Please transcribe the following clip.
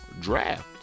draft